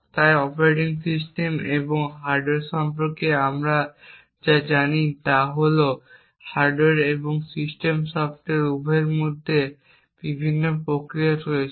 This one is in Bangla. তাই অপারেটিং সিস্টেম এবং হার্ডওয়্যার সম্পর্কে আমরা যা জানি তা হল হার্ডওয়্যার এবং সিস্টেম সফ্টওয়্যার উভয়ের মধ্যেই বিভিন্ন প্রক্রিয়া রয়েছে